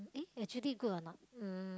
eh actually good or not um